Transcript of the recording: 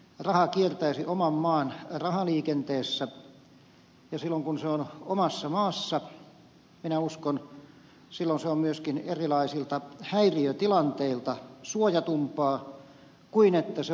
raha kiertäisi oman maan rahaliikenteessä ja silloin kun se on omassa maassa minä uskon se on myöskin erilaisilta häiriötilanteilta suojatumpaa kuin se on ulkomailla